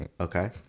Okay